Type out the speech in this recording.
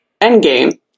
Endgame